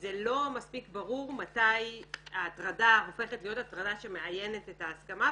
שזה לא מספיק ברור מתי ההטרדה הופכת להיות הטרדה שמאיינת את ההסכמה,